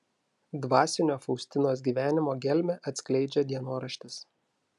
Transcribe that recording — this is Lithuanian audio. dvasinio faustinos gyvenimo gelmę atskleidžia dienoraštis